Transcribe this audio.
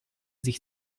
sich